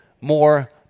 more